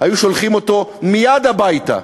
היו שולחים אותו מייד הביתה.